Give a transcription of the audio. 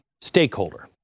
Stakeholder